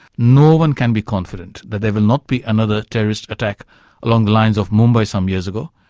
no one can be confident that there will not be another terrorist attack along the lines of mumbai some years ago.